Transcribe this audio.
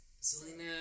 Selena